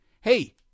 Hey